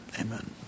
amen